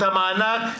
המענק